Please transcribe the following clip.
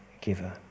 giver